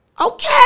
Okay